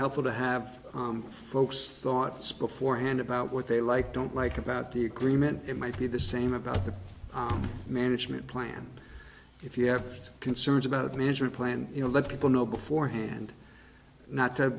helpful to have folks thoughts beforehand about what they like don't like about the agreement it might be the same about the management plan if you have concerns about the management plan you know let people know beforehand not to